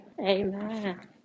Amen